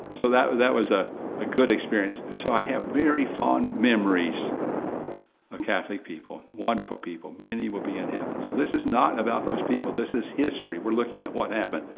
so that that was a ah good experience. so i have very fond memories of ah catholic people, wonderful people, many will be in heaven. so this is not about those people, this is history. we're looking at what happened.